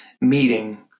meeting